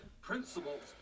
principles